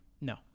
no